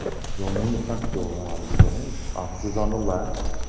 going in the front door, obviously officers on the left.